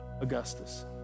Augustus